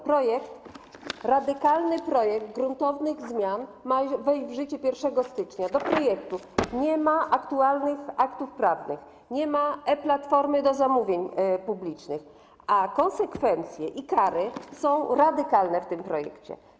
Projekt, radykalny projekt gruntownych zmian ma wejść w życie 1 stycznia, a do projektów nie ma aktualnych aktów prawnych, nie ma e-platformy do zamówień publicznych, a konsekwencje i kary są przewidziane w tym projekcie radykalne.